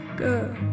girl